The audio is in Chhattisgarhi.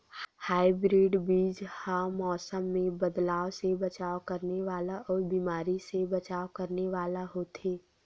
हाइब्रिड बीज हा मौसम मे बदलाव से बचाव करने वाला अउ बीमारी से बचाव करने वाला होथे